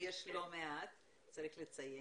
ויש לא מעט, צריך לציין.